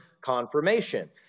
confirmation